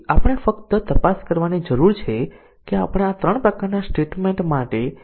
તેથી અમે કહી શકીએ કે જ્યારે એટોમિક કન્ડિશન સાચાથી ખોટામાં બદલાઈ જાય ત્યારે ડીસીઝન બદલાય છે